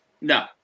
No